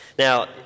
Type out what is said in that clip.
Now